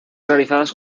realizadas